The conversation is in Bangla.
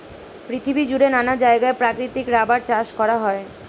পৃথিবী জুড়ে নানা জায়গায় প্রাকৃতিক রাবার চাষ করা হয়